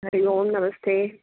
हरि ओं नमस्ते